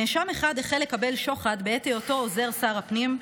נאשם 1 החל לקבל שוחד בעת היותו עוזר שר הפנים,